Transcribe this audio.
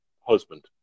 husband